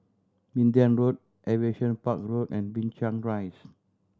Minden Road Aviation Park Road and Binchang Rise